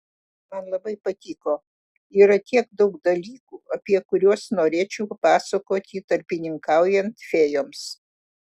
man labai patiko yra tiek daug dalykų apie kuriuos norėčiau papasakoti tarpininkaujant fėjoms